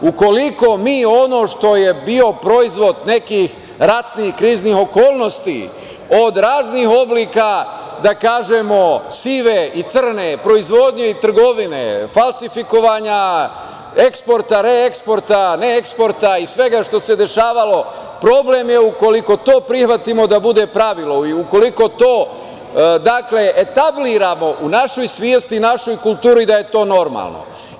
Ukoliko mi ono što je bio proizvod nekih ratnih, kriznih okolnosti od raznih oblika, da kažemo, sive i crne proizvodnje, trgovine, falsifikovanja, eksporta, reeksporta, neeksporta i svega što se dešavalo, problem je ukoliko to prihvatimo da bude pravilo i ukoliko to, dakle, etabliramo u našoj svesti i našoj kulturi da je to normalno.